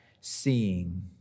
seeing